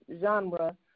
genre